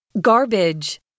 Garbage